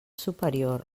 superior